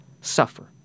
suffer